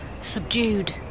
subdued